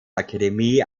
akademie